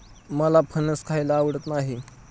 मला फणस खायला आवडत नाही